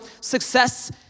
success